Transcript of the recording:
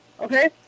Okay